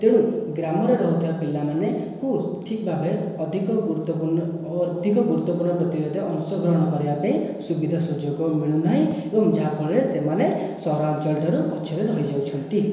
ତେଣୁ ଗ୍ରାମରେ ରହିଥିବା ପିଲାମାନଙ୍କୁ ଠିକ୍ ଭାବେ ଅଧିକ ଗୁରୁତ୍ଵପୂର୍ଣ୍ଣ ଅଧିକ ଗୁରୁତ୍ଵପୂର୍ଣ୍ଣ ପ୍ରତିଯୋଗିତାରେ ଅଂଶଗ୍ରହଣ କରିବା ପାଇଁ ସୁବିଧା ସୁଯୋଗ ମିଳୁନାହିଁ ଏବଂ ଯାହାଫଳରେ ସେମାନେ ସହରାଞ୍ଚଳଠାରୁ ପଛରେ ରହିଯାଉଛନ୍ତି